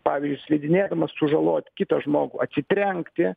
pavyzdžiui slidinėdamas sužalot kitą žmogų atsitrenkti